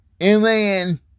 M-A-N